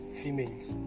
females